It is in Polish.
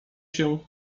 się